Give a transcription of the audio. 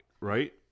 right